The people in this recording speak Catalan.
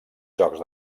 jocs